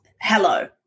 Hello